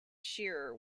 shearer